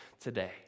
today